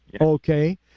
Okay